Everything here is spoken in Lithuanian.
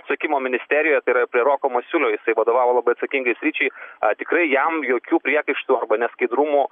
susisiekimo ministerijoje tai yra prie roko masiulio jisai vadovavo labai atsakingai sričiai a tikrai jam jokių priekaištų arba neskaidrumų